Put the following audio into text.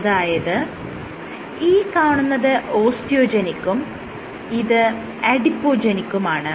അതായത് ഈ കാണുന്നത് ഓസ്റ്റിയോജെനിക്കും ഇത് അഡിപോജെനിക്കുമാണ്